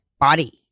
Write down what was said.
body